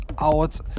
out